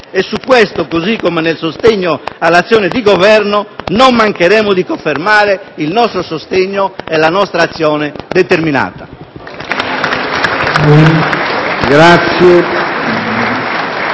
e su questo, così come nel sostegno all'azione di Governo, non mancheremo di confermare il nostro sostegno e la nostra azione determinata.